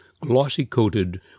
glossy-coated